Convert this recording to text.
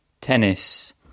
tennis